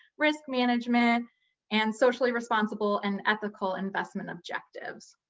risk management and socially responsible and ethical investment objectives.